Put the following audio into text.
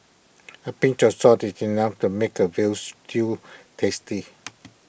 A pinch of salt is enough to make A Veal Stew tasty